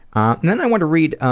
and then i wanted to read